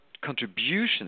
contributions